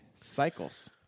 Cycles